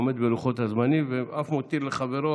הוא עומד בלוחות הזמנים ואף מותיר לחברו,